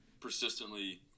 persistently